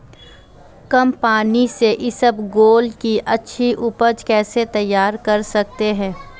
कम पानी से इसबगोल की अच्छी ऊपज कैसे तैयार कर सकते हैं?